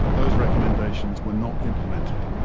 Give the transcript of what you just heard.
those recommendations were not implemented.